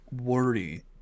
worry